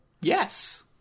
Yes